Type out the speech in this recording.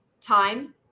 time